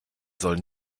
soll